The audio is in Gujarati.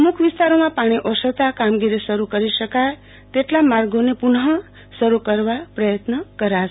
અમુક વિસ્તારોમાં પાણી ઓસરતા કામગીરી શરૂ કરી શકય હશે તેટલા માર્ગોને પુનઃ શરૂ કરવાના પ્રયત્ન કરાશે